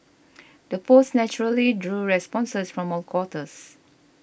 the post naturally drew responses from all quarters